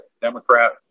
Democrat